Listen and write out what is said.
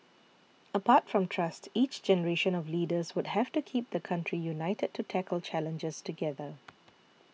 apart from trust each generation of leaders would have to keep the country united to tackle challenges together